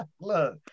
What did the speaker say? Look